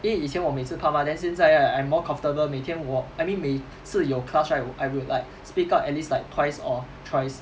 因为以前我每次怕 mah then 现在 right I'm more comfortable 每天我 I mean 每次有 class right I I will like speak up at least like twice or thrice